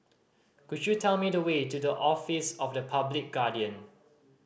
could you tell me the way to the Office of the Public Guardian